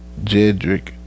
Jedrick